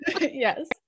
Yes